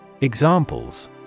Examples